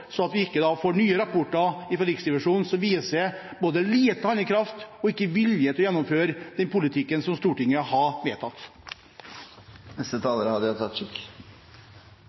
sånn at vi ikke får nye rapporter fra Riksrevisjonen som viser både lite handlekraft og manglende vilje til å gjennomføre politikken som Stortinget har